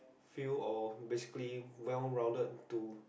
field or basically well rounded to